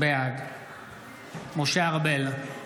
בעד משה ארבל,